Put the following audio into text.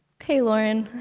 okay, lauren.